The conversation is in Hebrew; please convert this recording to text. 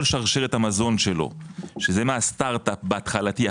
שרשרת מזון שלטו שזה מהסטארט אפ ההתחלתי,